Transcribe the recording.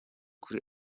kuri